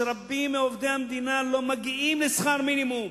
שרבים מעובדי המדינה לא מגיעים לשכר מינימום,